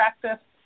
practice